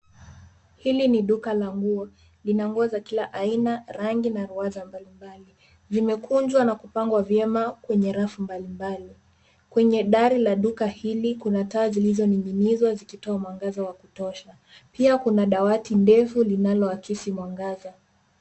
Hili ni duka la nguo. Lina nguo za kila aina, rangi, na ua za mbali mbali. Zimekunjwa na kupangwa vyema kwenye rafu mbali mbali. Kwenye dari la duka hili, kuna taa zilizoning'inizwa zikitoa mwangaza wa kutosha. Pia kuna dawati ndefu linaloakisi mwangaza.